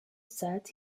said